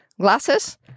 glasses